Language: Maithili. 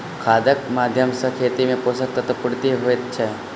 खादक माध्यम सॅ खेत मे पोषक तत्वक पूर्ति होइत छै